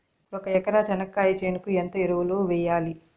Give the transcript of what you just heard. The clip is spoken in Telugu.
ఒక ఎకరా చెనక్కాయ చేనుకు ఎంత ఎరువులు వెయ్యాలి?